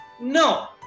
No